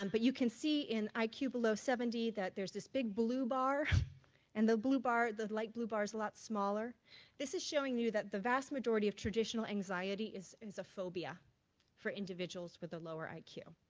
um but you can see in i q. below seventy that there's this big blue bar and the blue bar, the light like blue bar is a lot smaller this is showing you that the vast majority of traditional anxiety is is a phobia for individuals with a lower i q.